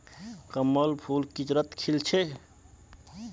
कमलेर फूल किचड़त खिल छेक